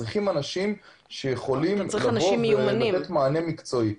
אנשים שיכולים לתת מענה מקצועי.